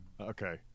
Okay